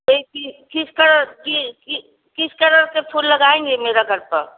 केसी किस क जी किस कलर के फूल लगाएँगी मेरा घर पर